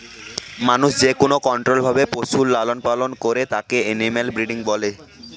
মানুষ যেকোনো কন্ট্রোল্ড ভাবে পশুর লালন পালন করে তাকে এনিম্যাল ব্রিডিং বলে